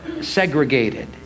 segregated